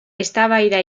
eztabaida